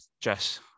Jess